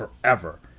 forever